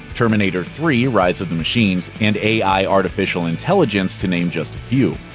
terminator three rise of the machines, and ai artificial intelligence, to name just a few.